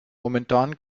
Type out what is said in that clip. momentan